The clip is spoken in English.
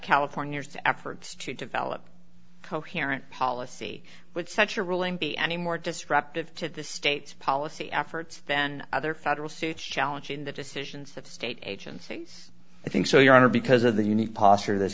california's to efforts to develop coherent policy with such a ruling be any more disruptive to the state's policy efforts than other federal suits challenging the decisions of state agencies i think so your honor because of the unique posture this